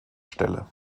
stelle